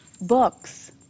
books